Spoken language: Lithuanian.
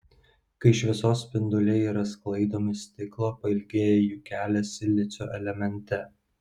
kai šviesos spinduliai yra sklaidomi stiklo pailgėja jų kelias silicio elemente